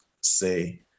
say